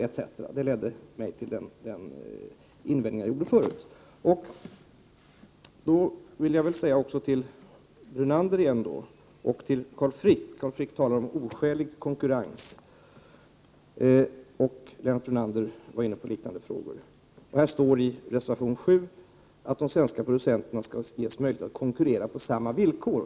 Detta ledde till att jag gjorde den invändning som jag gjorde förut. Carl Frick talar om oskälig konkurrens, och Lennart Brunander var inne på liknande frågor. Då vill jag säga att det står i reservation 7 att ”de svenska producenterna skall ges möjligheter att konkurrera på samma villkor”.